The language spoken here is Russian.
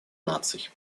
наций